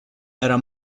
era